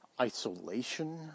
isolation